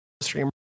stream